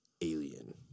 Alien